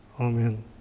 Amen